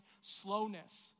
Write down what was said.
slowness